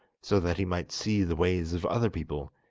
so that he might see the ways of other people,